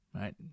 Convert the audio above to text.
right